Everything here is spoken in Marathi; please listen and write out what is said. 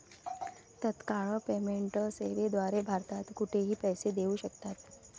तत्काळ पेमेंट सेवेद्वारे भारतात कुठेही पैसे देऊ शकतात